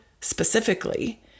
specifically